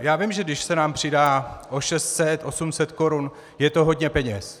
Já vím, že když se nám přidá o 600, 800 korun, je to hodně peněz.